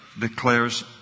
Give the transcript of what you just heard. declares